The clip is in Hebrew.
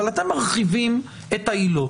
אבל אתם מרחיבים את העילות.